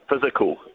physical